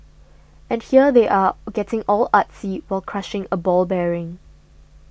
and here they are getting all artsy while crushing a ball bearing